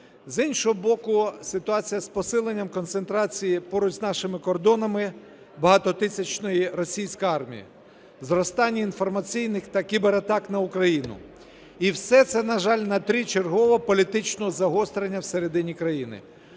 з іншого боку, ситуація з посиленням концентрації поруч з нашими кордонами багатотисячної російської армії, зростання інформаційних та кібератак на Україну. І все це, на жаль, на тлі чергового політичного загострення всередині країни.